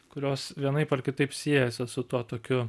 kurios vienaip ar kitaip siejasi su tuo tokiu